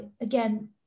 again